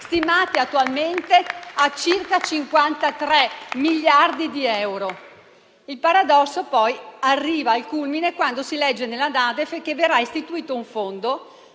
stimati attualmente in circa 53 miliardi di euro? Il paradosso arriva al culmine quando si legge nella NADEF che verrà istituito un fondo